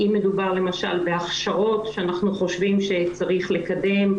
אם מדובר למשל בהכשרות שאנחנו חושבים שצריך לקדם,